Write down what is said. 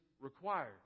required